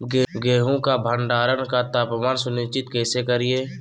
गेहूं का भंडारण का तापमान सुनिश्चित कैसे करिये?